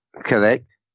Correct